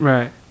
Right